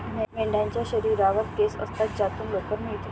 मेंढ्यांच्या शरीरावर केस असतात ज्यातून लोकर मिळते